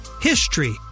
HISTORY